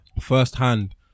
firsthand